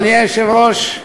אדוני היושב-ראש,